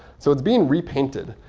so it's being repainted.